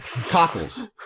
cockles